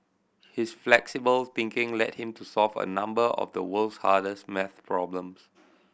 his flexible thinking led him to solve a number of the world's hardest maths problems